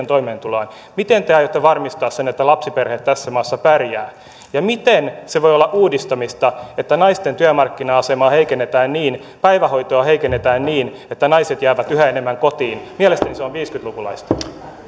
toimeentuloaan miten te aiotte varmistaa sen että lapsiperheet tässä maassa pärjäävät ja miten se voi olla uudistamista että naisten työmarkkina asemaa päivähoitoa heikennetään niin että naiset jäävät yhä enemmän kotiin mielestäni se on viisikymmentä lukulaista